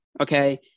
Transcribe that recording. Okay